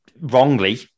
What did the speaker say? wrongly